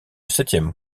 septième